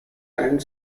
and